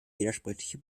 widersprüchliche